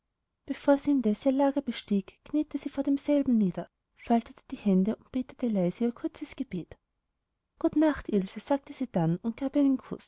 bevor sie indes ihr lager bestieg kniete sie vor demselben nieder faltete die hände und betete leise ein kurzes gebet gut nacht ilse sagte sie dann und gab ihr einen kuß